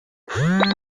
please